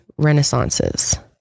renaissances